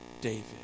David